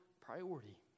priority